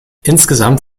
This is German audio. insgesamt